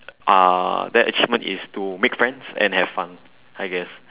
uh that achievement is to make friends and have fun I guess